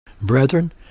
Brethren